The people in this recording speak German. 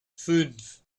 fünf